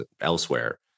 elsewhere